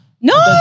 No